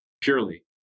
purely